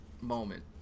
moment